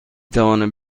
توانم